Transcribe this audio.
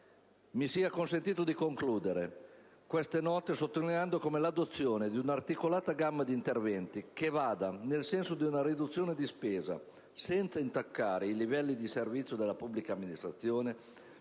Mi sia consentito di concludere queste note sottolineando come l'adozione di una articolata gamma di interventi che vada nel senso di una riduzione della spesa, senza intaccare i livelli di servizio della pubblica amministrazione,